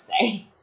say